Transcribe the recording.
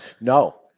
No